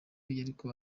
yariko